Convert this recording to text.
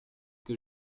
que